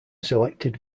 selected